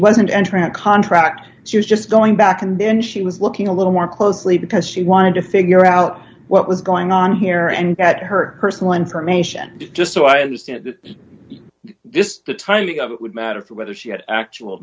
a contract she was just going back and then she was looking a little more closely because she wanted to figure out what was going on here and got her personal information just so i understand that this the timing of it would matter whether she had actual